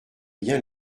bien